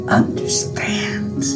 understand